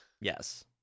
Yes